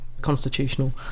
constitutional